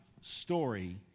story